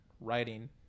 writing